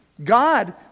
God